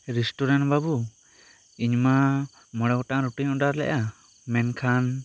restaurant ᱵᱟᱹᱵᱩ ᱤᱧᱢᱟ ᱢᱚᱬᱮ ᱜᱚᱴᱟᱝ ᱨᱩᱴᱤ ᱤᱧ ᱚᱰᱟᱨ ᱞᱮᱜᱼᱟ ᱢᱮᱱᱠᱷᱟᱱ